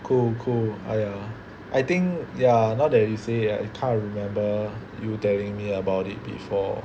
cool cool !aiya! I think ya now that you say I kind of remember you telling me about it before